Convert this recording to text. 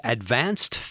Advanced